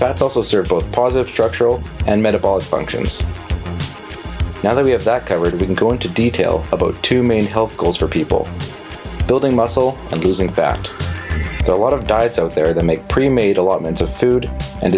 it's also served both positive structural and metabolic functions now that we have that covered we can go into detail about two main health goals for people building muscle and was in fact a lot of diets out there that make pre made allotments of food and